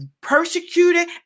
persecuted